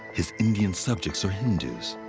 his indian subjects are hindus.